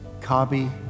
Kabi